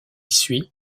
suit